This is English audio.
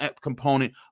component